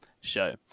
Show